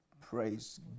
Praise